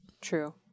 true